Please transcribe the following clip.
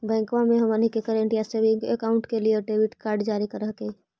बैंकवा मे हमनी के करेंट या सेविंग अकाउंट के लिए डेबिट कार्ड जारी कर हकै है?